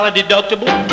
deductible